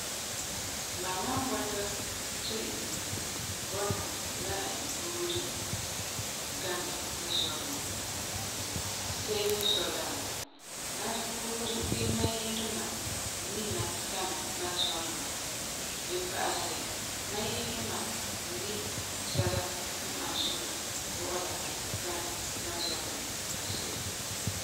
Mam wan bɔta ti n bɔna la n buuri gana n zɔ duma. Se'ere n sɔi la, mam buuri bii mam yire duma mi mam gana mam zɔ duma mɛ. Le pa'asɛ, mam yire duma mi sɛla n ani suŋa bɔ'ɔra mam gana mam zɔ duma asi'a mɛ.